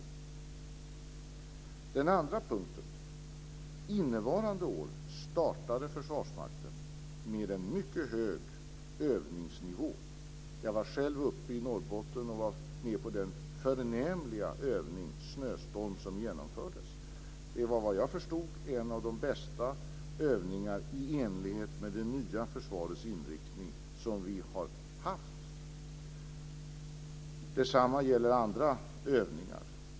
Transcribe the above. Vad gäller den andra punkten startade Försvarsmakten innevarande år med en mycket hög övningsnivå. Jag var själv i Norrbotten med på den förnämliga övning, Snöstorm, som genomfördes där. Det var såvitt jag förstod en av de bästa övningar som vi har haft i enlighet med det nya försvarets inriktning. Detsamma gäller andra övningar.